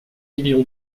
million